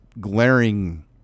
glaring